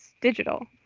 digital